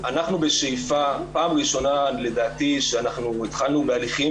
פעם ראשונה לדעתי שאנחנו התחלנו בהליכים